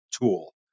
tool